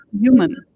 human